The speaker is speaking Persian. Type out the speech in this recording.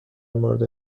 مورد